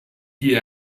die